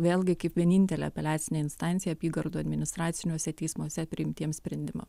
vėlgi kaip vienintelė apeliacinė instancija apygardų administraciniuose teismuose priimtiems sprendimam